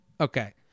Okay